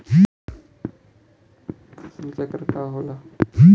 फसल चक्र का होला?